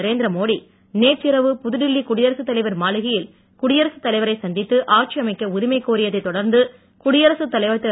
நரேந்திரமோடி நேற்றிரவு புதுடில்லி குடியரசுத் தலைவர் மாளிகையில் குடியரசுத் தலைவரை சந்தித்து ஆட்சி அமைக்க உரிமை கோரியதைத் தொடர்ந்து குடியரசுத் தலைவர் திரு